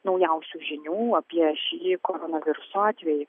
naujausių žinių apie šį koronaviruso atvejį